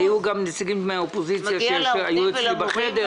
היו גם נציגים מהאופוזיציה אצלי בחדר.